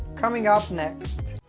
coming up next!